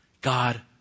God